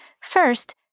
First